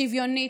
שוויונית,